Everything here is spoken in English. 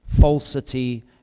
falsity